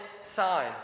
sign